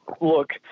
look